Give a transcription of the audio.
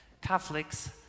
Catholics